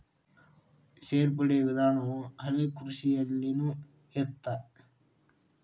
ಸೇರ್ಪಡೆ ವಿಧಾನವು ಹಳೆಕೃಷಿಯಲ್ಲಿನು ಇತ್ತ